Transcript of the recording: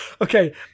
Okay